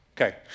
Okay